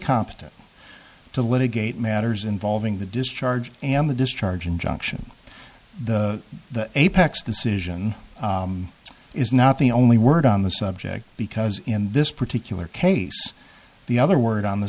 competent to litigate matters involving the discharge and the discharge injunction the apex decision is not the only word on the subject because in this particular case the other word on the